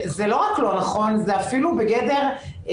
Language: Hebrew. זה לא רק לא נכון, זה אפילו בגדר דיבה.